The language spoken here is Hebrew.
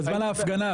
בזמן ההפגנה,